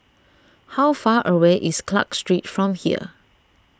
how far away is Clarke Street from here